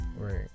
Right